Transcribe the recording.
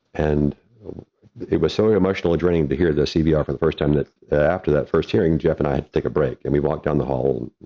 and it was so emotionally draining to hear the cvr for the first time that after that first hearing, jeff and i take a break and we walk down the hall,